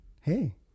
Hey